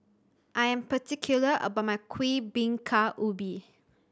I am particular about my Kuih Bingka Ubi